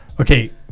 Okay